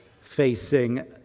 facing